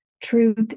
Truth